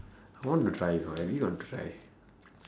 I want to try you know at least I want to try